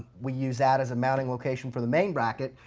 we used that as a mounting location for the main bracket.